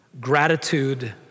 gratitude